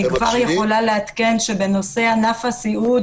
אני כבר יכולה לעדכן שבנושא ענף הסיעוד